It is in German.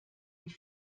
wie